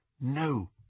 No